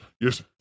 yes